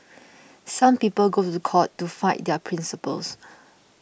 some people go to the court to fight their principles